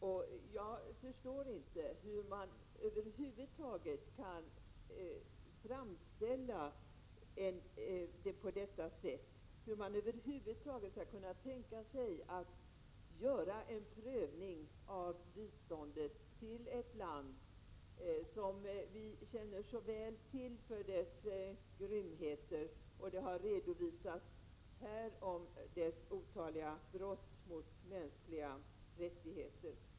Jag förstår inte hur man över huvud taget kan framställa saken på detta sätt, hur man över huvud taget kan tänka sig att göra en prövning av biståndet till ett land, som vi känner så väl till för dess grymheter. Vi har här fått en redovisning om landets otaliga brott mot mänskliga rättigheter.